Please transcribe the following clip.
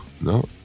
no